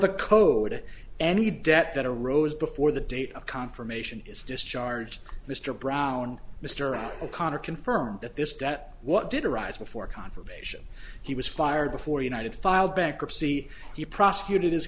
the code it any debt that arose before the date of confirmation is discharged mr brown mr out o'connor confirmed that this debt what did arise before confirmation he was fired before united filed bankruptcy he prosecuted his